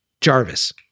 jarvis